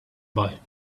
boy